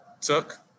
took